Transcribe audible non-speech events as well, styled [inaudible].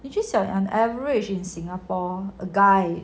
[noise] average in singapore a guy